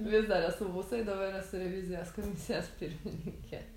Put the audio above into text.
vis dar esu vusoj dabar esu revizijos komisijos pirmininkė